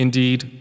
Indeed